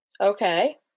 Okay